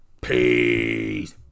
Peace